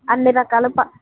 అన్ని రకాల ప